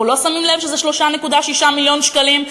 אנחנו לא שמים לב שזה 3.6 מיליון שקלים,